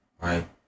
right